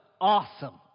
awesome